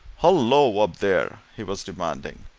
hullo, up there! he was demanding.